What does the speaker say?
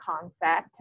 concept